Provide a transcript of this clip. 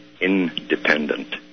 independent